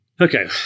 Okay